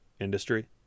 industry